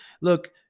look